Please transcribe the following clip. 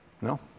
No